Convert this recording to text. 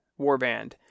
warband